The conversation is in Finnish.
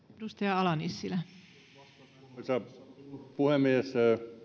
arvoisa puhemies